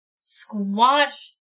squash